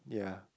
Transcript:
yeah